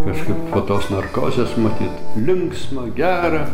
kažkaip po tos narkozės matyt linksma gera